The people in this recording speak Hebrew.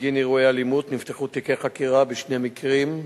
בגין אירועי אלימות נפתחו תיקי חקירה בשני מקרים,